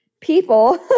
people